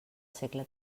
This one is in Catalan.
segle